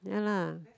ya lah